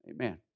amen